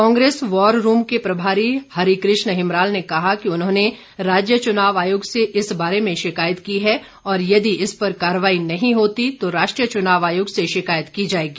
Congress war room के प्रभारी हरीकृष्ण हिमराल ने कहा कि उन्होंने राज्य चुनाव आयोग से इस बारे में शिकायत की है और यदि इस पर कार्रवाई नहीं होती तो राष्ट्रीय चुनाव आयोग से शिकायत की जाएगी